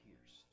pierced